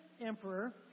Emperor